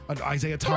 Isaiah